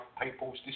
people's